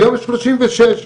והיום יש שלושים ושש.